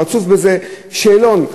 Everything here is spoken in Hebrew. רצוף בזה: שאלון.